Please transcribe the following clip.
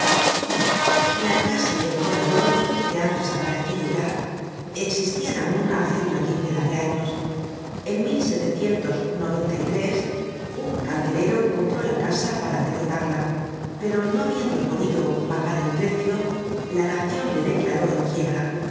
la casa y el corredor que han desaparecido ya existian aun hace una quincena de años en un calderero compró la casa para derribarla pero no habiendo podido pagar el precio la nacion le declaró en quiebra